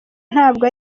ntabwo